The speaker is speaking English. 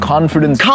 Confidence